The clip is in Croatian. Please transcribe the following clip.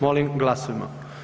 Molim glasujmo.